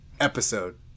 episode